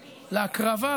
להקרבה,